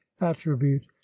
attribute